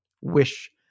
wish